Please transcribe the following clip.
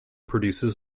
produces